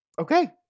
Okay